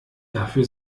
dafür